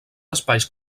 espais